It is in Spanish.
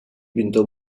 pintó